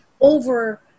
over